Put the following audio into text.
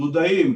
דודאים.